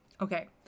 okay